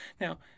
now